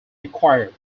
required